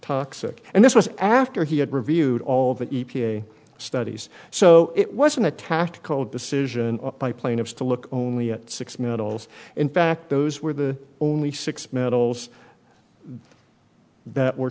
toxic and this was after he had reviewed all the e p a studies so it wasn't a tactical decision by plaintiffs to look only at six middles in fact those were the only six medals that were